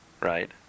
right